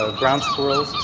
ah ground squirrels